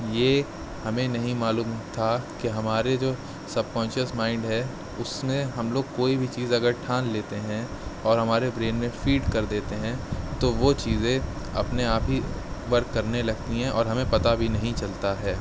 یہ ہمیں نہیں معلوم تھا کہ ہمارے جو سب کانشیس مائنڈ ہے اس میں ہم لوگ کوئی بھی چیز اگر ٹھان لیتے ہیں اور ہمارے برین میں فیڈ کر دیتے ہیں تو وہ چیزیں اپنے آپ ہی ورک کرنے لگتی ہیں اور ہمیں پتہ بھی نہیں چلتا ہے